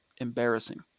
Embarrassing